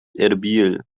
erbil